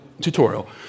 tutorial